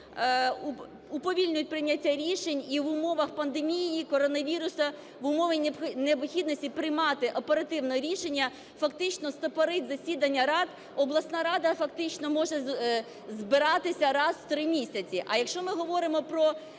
уповільнять прийняття рішень і в умовах пандемії і коронавірусу, в умовах необхідності приймати оперативно рішення фактично стопорить засідання рад. Обласна рада фактично може збиратися раз в 3 місяці. А якщо ми говоримо про